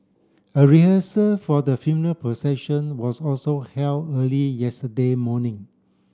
a rehearsal for the funeral procession was also held early yesterday morning